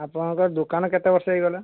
ଆପଣଙ୍କ ଦୋକାନ କେତେ ବର୍ଷ ହେଇଗଲା